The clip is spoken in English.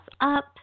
up